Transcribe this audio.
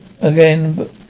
Again